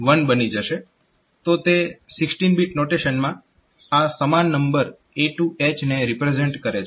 તો તે 16 બીટ નોટેશનમાં આ સમાન નંબર A2H ને રિપ્રેઝેન્ટ કરે છે